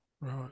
Right